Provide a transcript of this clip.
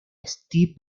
steve